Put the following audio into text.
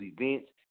events